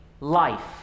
life